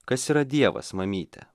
kas yra dievas mamytė